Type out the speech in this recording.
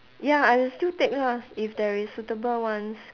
ya I will still take lah if there is suitable ones